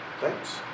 thanks